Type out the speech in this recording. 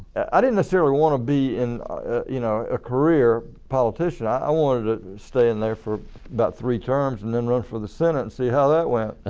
i didn't necessarily want to be a you know ah career politician, i wanted to stay in there for about three terms and then run for the senate and see how that went.